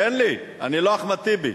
תן לי, אני לא אחמד טיבי.